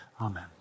Amen